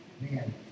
man